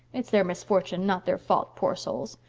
it's their misfortune not their fault, poor souls.